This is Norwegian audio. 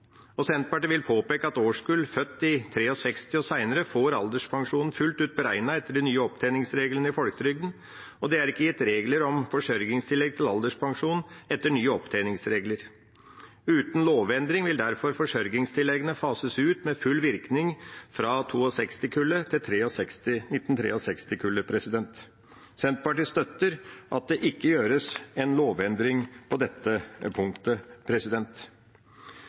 Senterpartiet vil påpeke at årskull født i 1963 og senere, får alderspensjonen fullt ut beregnet etter de nye opptjeningsreglene i folketrygden, og det er ikke gitt regler om forsørgingstillegg til alderspensjonen etter nye opptjeningsregler. Uten lovendring vil derfor forsørgingstilleggene fases ut med full virkning fra 1962-kullet til 1963-kullet. Senterpartiet støtter at det ikke gjøres en lovendring på dette punktet.